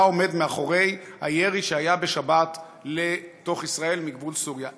עומד מאחורי הירי שהיה בשבת לתוך ישראל מגבול סוריה.